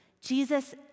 Jesus